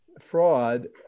fraud